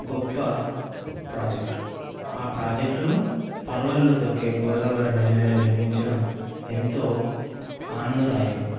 గొప్ప ప్రాజెక్ట్ ఆ ప్రాజెక్టును పరవళ్ళు త్రొక్కే గోదావరి నది మీద నిర్మించడం ఎంతో ఆనందదాయకం